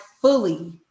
fully